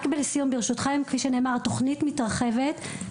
כאמור, התוכנית מתרחבת.